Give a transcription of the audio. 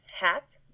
hat